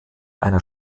einer